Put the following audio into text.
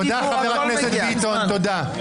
חבר הכנסת ביטון, תודה.